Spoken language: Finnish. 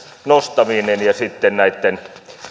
nostaminen ja sitten näitten